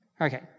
Okay